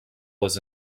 was